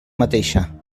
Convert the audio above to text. mateixa